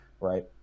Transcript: right